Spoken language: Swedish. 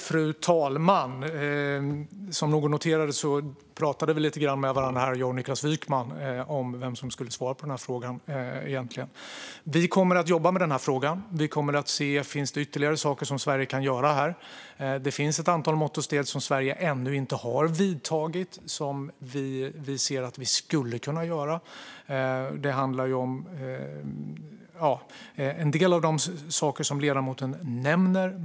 Fru talman! Som någon kanske noterade pratade Niklas Wykman och jag lite grann med varandra om vem som ska svara på denna fråga. Vi kommer att jobba med denna fråga. Vi kommer att titta på om det finns yt-terligare saker som Sverige kan göra. Det finns ett antal mått och steg som Sverige ännu inte har vidtagit men som vi ser att vi skulle kunna vidta. Det handlar om en del av de saker som ledamoten nämner.